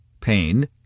Pain